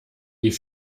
die